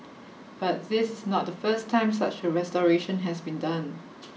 but this is not the first time such a restoration has been done